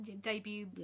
debut